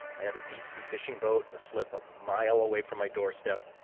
i had a deep-sea fishing boat in a slip a mile away from my doorstep,